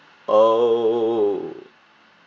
oh